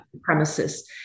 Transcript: premises